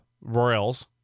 Royals